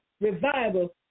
revival